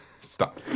Stop